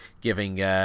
giving